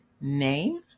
Name